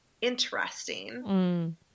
interesting